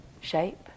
shape